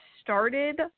started